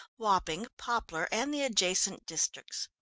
wapping, poplar and the adjacent districts.